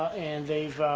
and they've